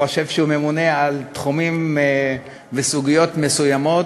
חושב שהוא ממונה על תחומים וסוגיות מסוימים,